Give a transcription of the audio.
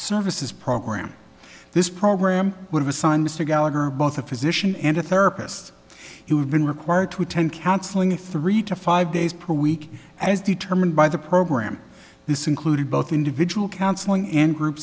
services program this program would have assigned mr gallagher both a physician and a therapist he would been required to attend counseling three to five days per week as determined by the program this included both individual counseling and group